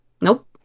Nope